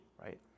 right